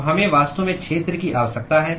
तो हमें वास्तव में क्षेत्र की आवश्यकता है